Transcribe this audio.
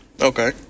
Okay